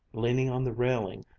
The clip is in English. leaning on the railing,